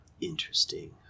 interesting